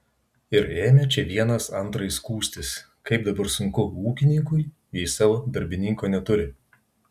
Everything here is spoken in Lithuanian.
ir ėmė čia vienas antrai skųstis kaip dabar sunku ūkininkui jei savo darbininko neturi